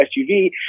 SUV